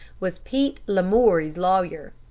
was pete lamoury's lawyer.